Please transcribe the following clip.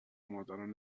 مادران